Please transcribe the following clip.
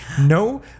no